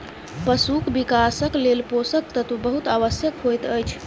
पशुक विकासक लेल पोषक तत्व बहुत आवश्यक होइत अछि